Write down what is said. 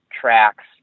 tracks